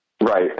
Right